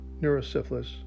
neurosyphilis